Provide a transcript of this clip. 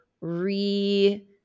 re-